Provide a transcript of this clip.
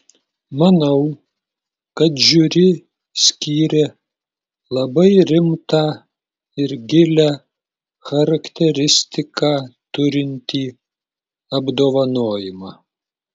manau kad žiuri skyrė labai rimtą ir gilią charakteristiką turintį apdovanojimą